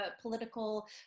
political